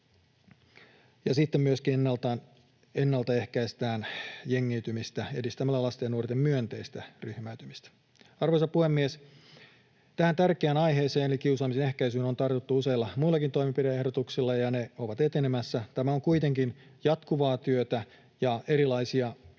sitten myöskin ennaltaehkäistään jengiytymistä edistämällä lasten ja nuorten myönteistä ryhmäytymistä. Arvoisa puhemies! Tähän tärkeään aiheeseen eli kiusaamisen ehkäisyyn on tartuttu useilla muillakin toimenpide-ehdotuksilla, ja ne ovat etenemässä. Tämä on kuitenkin jatkuvaa työtä, ja erilaisia